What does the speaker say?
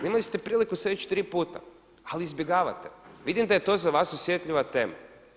Imali ste priliku sada već tri puta, ali izbjegavate, vidim da je to za vas osjetljiva tema.